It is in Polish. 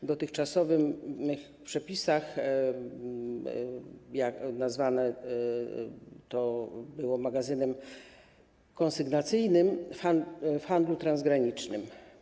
W dotychczasowych przepisach nazwane to było magazynem konsygnacyjnym w handlu transgranicznym.